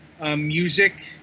music